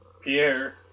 pierre